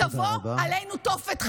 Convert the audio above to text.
תבוא עלינו תופת,